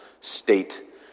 state